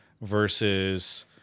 versus